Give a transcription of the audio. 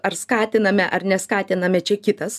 ar skatiname ar neskatiname čia kitas